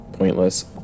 pointless